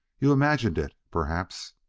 you imagined it, perhaps.